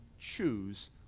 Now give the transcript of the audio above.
choose